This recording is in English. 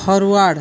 forward